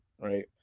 right